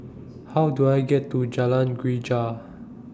How Do I get to Jalan Greja